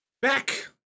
back